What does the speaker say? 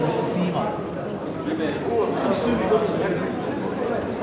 ממנו על בריאות.